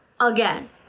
Again